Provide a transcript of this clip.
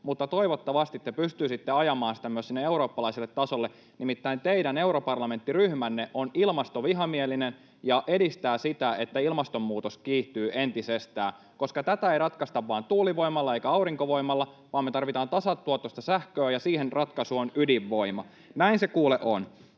mutta toivottavasti te pystyisitte ajamaan sitä myös sinne eurooppalaiselle tasolle. Nimittäin teidän europarlamenttiryhmänne on ilmastovihamielinen ja edistää sitä, että ilmastonmuutos kiihtyy entisestään, koska tätä ei ratkaista vain tuulivoimalla eikä aurinkovoimalla vaan me tarvitaan tasatuottoista sähköä, ja siihen ratkaisu on ydinvoima. Näin se, kuule, on.